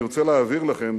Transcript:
אני רוצה להבהיר לכם,